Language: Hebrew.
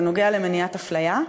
זה נוגע במניעת אפליה,